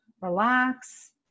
relax